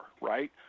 right